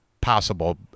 possible